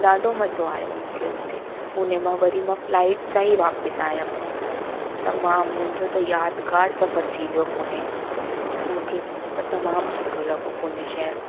ॾाढो मज़ो आहियो मूंखे हुते पूने मां वरी मां फ्लाइट सां ई वापिस आयमि तमामु मुंहिंजो त यादगार सफर थी वियो पूने मूंखे त तमामु सुठो लॻो पूने शहरु